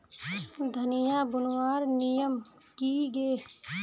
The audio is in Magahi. धनिया बूनवार नियम की गे?